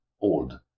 old